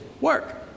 work